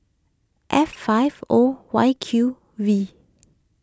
F five O Y Q V